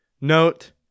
Note